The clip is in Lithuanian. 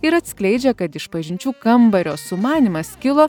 ir atskleidžia kad išpažinčių kambario sumanymas kilo